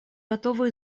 готова